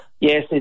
Yes